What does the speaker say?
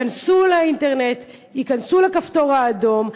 היכנסו לאינטרנט, היכנסו ל"הכפתור האדום",